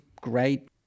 great